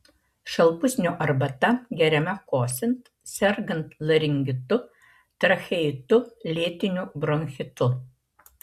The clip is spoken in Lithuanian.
šalpusnio arbata geriama kosint sergant laringitu tracheitu lėtiniu bronchitu